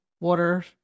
water